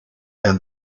and